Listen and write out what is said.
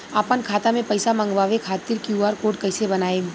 आपन खाता मे पैसा मँगबावे खातिर क्यू.आर कोड कैसे बनाएम?